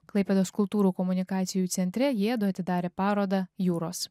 klaipėdos kultūrų komunikacijų centre jiedu atidarė parodą jūros